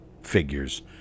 figures